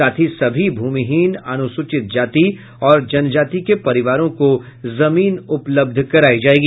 साथ ही सभी भूमिहीन अनुसूचित जाति और जनजाति के परिवारों को जमीन उपलब्ध करायी जायेगी